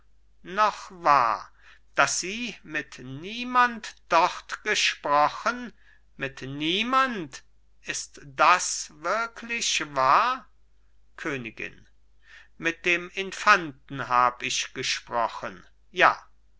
noch wahr daß sie mit niemand dort gesprochen mit niemand ist das wirklich wahr königin mit dem infanten hab ich gesprochen ja